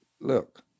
Look